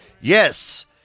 Yes